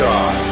God